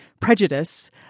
prejudice